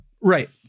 Right